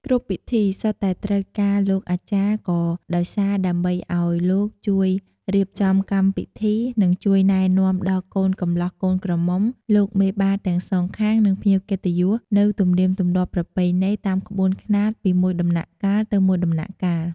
គ្រប់ពិធីសុទ្ធតែត្រូវការលោកអាចារ្យក៏ដោយសារដើម្បីឱ្យលោកជួយរៀបចំកម្មពិធីនិងជួយណែនាំដល់ កូនកម្លោះកូនក្រមុំ លោកមេបាទាំងសងខាង និងភ្ញៀវកិត្តិយលនូវទម្លៀមទម្លាប់ប្រពៃណីតាមក្បួនខ្នាតពីមួយដំណាក់កាលទៅមួយដំណាក់កាល។